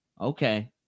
okay